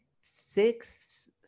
six